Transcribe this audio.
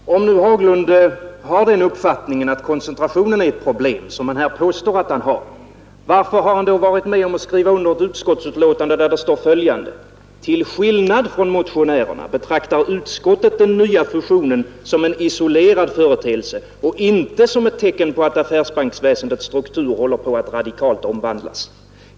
Fru talman! Om herr Haglund har den uppfattningen att koncentrationen är ett problem, som han påstår att han har, varför har han då varit med om att skriva under ett utskottsbetänkande där det står: ”Till skillnad från motionärerna betraktar utskottet den nya fusionen som en isolerad företeelse och inte som ett tecken på att affärsbanksväsendets struktur håller på att radikalt omvandlas.